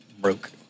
broke